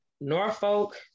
Norfolk